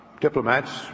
diplomats